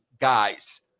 guys